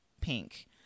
pink